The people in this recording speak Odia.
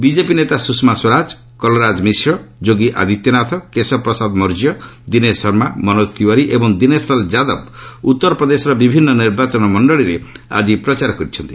ବିଜେପି ନେତା ସୁଷମା ସ୍ୱରାଜ କଲରାଜ ମିଶ୍ର ଯୋଗୀ ଆଦିତ୍ୟନାଥ କେଶବ ପ୍ରସାଦ ମୌର୍ଯ୍ୟ ଦିନେଶ ଶର୍ମା ମନୋକ ତିୱାରୀ ଏବଂ ଦିନେଶଲାଲ ଯାଦବ ଉତ୍ତରପ୍ରଦେଶର ବିଭିନ୍ନ ନିର୍ବାଚନ ମଣ୍ଡଳୀରେ ଆଜି ପ୍ରଚାର କରିଛନ୍ତି